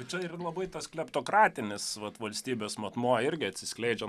čia yra labai tas kleptokratinis vat valstybės matmuo irgi atsiskleidžia